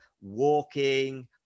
walking